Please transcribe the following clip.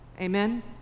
Amen